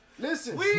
Listen